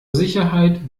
sicherheit